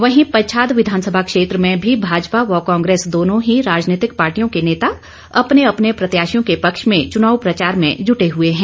वहीं पच्छाद विधानसभा क्षेत्र में भी भाजपा व कांग्रेस दोनों ही राजनीतिक पार्टियों के नेता अपने अपने प्रत्याशियों के पक्ष में चुनाव प्रचार में जुटे हुए हैं